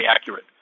accurate